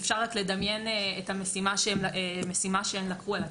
ואפשר רק לדמיין את המשימה שהם לקחו על עצמם.